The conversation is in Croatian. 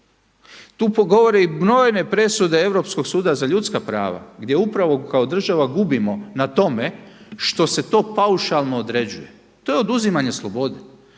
Tu govore brojne presude Europskog suda za ljudska prava gdje upravo kao država gubimo na tome što se to paušalno određuje. To je oduzimanje slobode.